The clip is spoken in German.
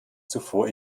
zuvor